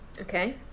Okay